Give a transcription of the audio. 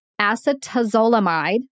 acetazolamide